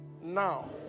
Now